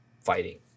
fighting